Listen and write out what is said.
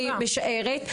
אני משערת,